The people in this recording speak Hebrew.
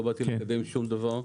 לא באתי לקדם שום דבר.